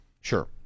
Sure